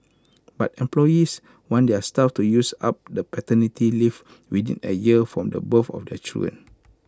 but employees want their staff to use up the paternity leave within A year from the birth of their children